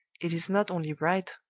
it is not only right,